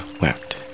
wept